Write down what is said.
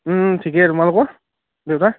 ঠিকেই তোমালোকৰ দেউতা